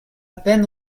peine